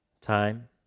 Time